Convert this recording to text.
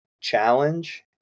challenge